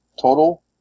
total